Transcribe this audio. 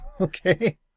Okay